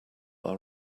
are